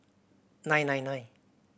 nine nine nine